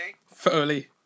Foley